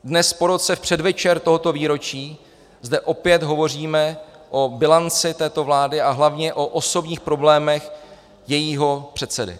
Dnes, po roce, v předvečer tohoto výročí zde opět hovoříme o bilanci této vlády a hlavně o osobních problémech jejího předsedy.